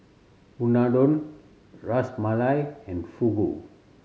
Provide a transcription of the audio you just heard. Unadon Ras Malai and Fugu